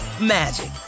magic